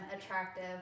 attractive